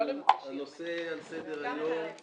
הנושא שעל סדר היום הוא